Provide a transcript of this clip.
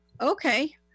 Okay